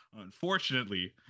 Unfortunately